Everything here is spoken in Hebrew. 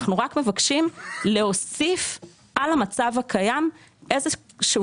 אנחנו רק מבקשים להוסיף על המצב הקיים איזה שהוא